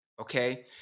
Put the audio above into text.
okay